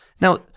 now